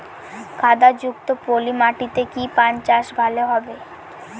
কাদা যুক্ত পলি মাটিতে কি পান চাষ ভালো হবে?